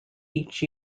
each